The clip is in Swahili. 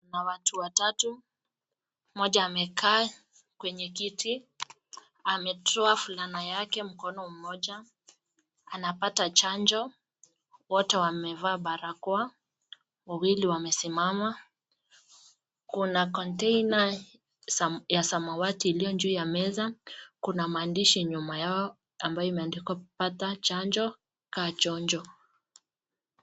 Kuna watu watatu, mmoja amekaa kwenye kiti, ametoa fulana yake mkono mmoja anapata chanjo. Wote wamevaa barakoa, wawili wamesimams. Kuna container ya samawati iliyo juu ya meza. Kuna maandishi nyuma yao ambayo imeandikwa pata chanjo kaa chonjo